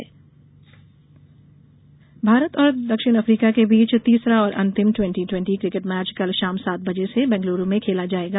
cricket Bharat और दक्षिण Africa के बीच तीसरा और अंतिम ट्वेंटी ट्वेंटी किकेट मैच कल शाम सात बजे से बैंगलूरू में खेला जाएगा